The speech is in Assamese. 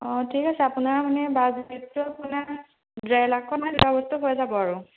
অঁ ঠিক আছে আপোনাৰ মানে বাজেটটো আপোনাৰ ডেৰ লাখত মানে দুটা বস্তু হৈ যাব আৰু